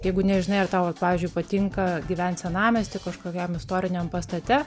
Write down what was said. jeigu nežinai ar tau vat pavyzdžiui patinka gyvent senamiesty kažkokiam istoriniam pastate